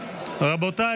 רבותיי,